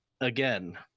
again